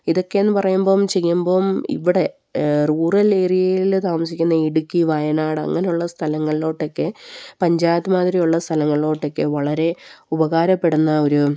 ഇതൊക്കെയെന്ന് പറയുമ്പോള് ചെയ്യുമ്പോള് ഇവിടെ റൂറൽ ഏരിയയില് താമസിക്കുന്ന ഇടുക്കി വയനാട് അങ്ങനെയുള്ള സ്ഥലങ്ങളിലൊക്കെ പഞ്ചായത്ത് മാതിരിയുള്ള സ്ഥലങ്ങളിലൊക്കെ വളരെ ഉപകാരപ്പെടുന്ന ഒരു